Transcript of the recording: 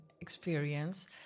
experience